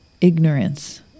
ignorance